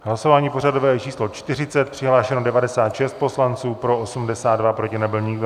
Hlasování pořadové číslo 40, přihlášeno 96 poslanců, pro 82, proti nebyl nikdo.